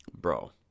bro